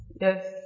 Yes